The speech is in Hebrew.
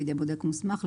בידי בודק מוסמך,